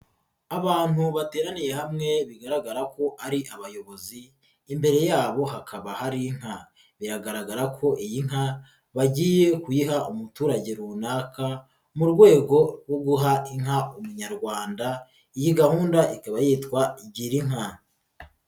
Abantu bateraniye hamwe bigaragara ko ari abayobozi imbere yabo hakaba hari inka, biragaragara ko iyi nka bagiye kuyiha umuturage runaka mu rwego rwo guha inka Umunyarwanda, iyi gahunda ikaba yitwa Girinka.